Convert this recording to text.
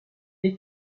les